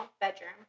bedroom